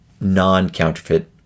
non-counterfeit